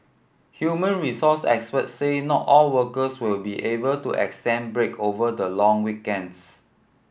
human resource experts said not all workers will be able to extended break over the long weekends